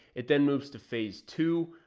it then moves to phase two,